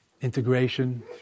Integration